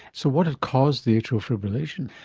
so what had caused the atrial fibrillation?